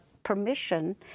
permission